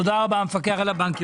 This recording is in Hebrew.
תודה רבה המפקח על הבנקים.